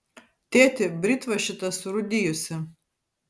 tėti britva šita surūdijusi